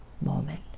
moment